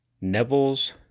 Neville's